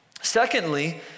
Secondly